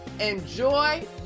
enjoy